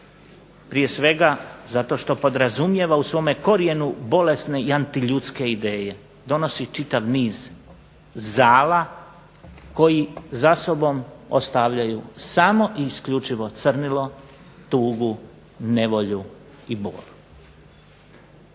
prije svega zato što podrazumijeva u svome korijenu bolesne i antiljudske ideje, donosi čitav niz zala koji za sobom ostavljaju samo i isključivo crnilo, tugu, nevolju i bol.